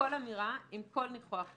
לכל אמירה עם כל ניחוח כזה.